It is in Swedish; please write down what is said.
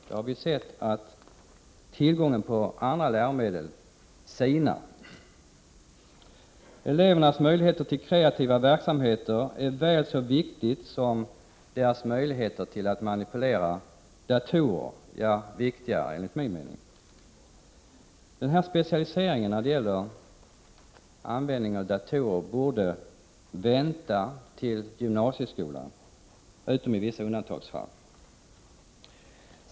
Vi har sett att tillgången på andra läromedel sinar. Elevernas möjlighet till kreativa verksamheter är väl så viktiga som deras möjligheter att manipulera datorer — ja, viktigare, enligt min mening. Specialisering när det gäller användning av datorer borde vänta till gymnasieskolan, utom i vissa undantagsfall.